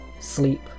sleep